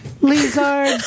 Lizard